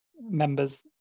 members